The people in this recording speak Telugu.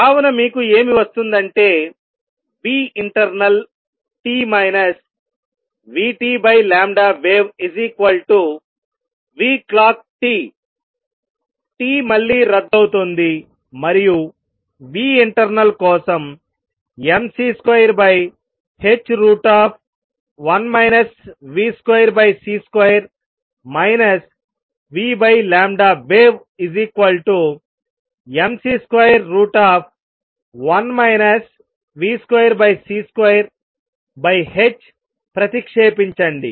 కావున మీకు ఏమి వస్తుంది అంటే internalt vtwave clockt t మళ్లీ రద్దు అవుతోంది మరియు internal కోసం mc2h1 v2c2 vwavemc21 v2c2h ప్రతిక్షేపించండి